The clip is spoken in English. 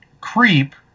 creep